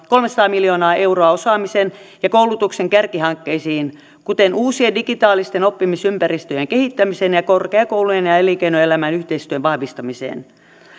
kolmesataa miljoonaa euroa osaamisen ja koulutuksen kärkihankkeisiin kuten uusien digitaalisten oppimisympäristöjen kehittämiseen ja korkeakoulujen ja ja elinkeinoelämän yhteistyön vahvistamiseen